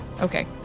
Okay